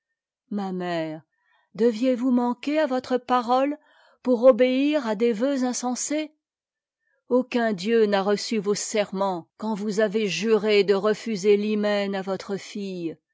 ma mère deviez-vous manquer à votre parole pour obéir à des yœux insensés aucun dieu i n'a re u vos serments quandjvous avez juré de refuser l'hymen à votre fille